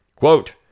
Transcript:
Quote